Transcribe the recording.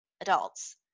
adults